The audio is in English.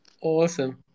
Awesome